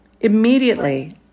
Immediately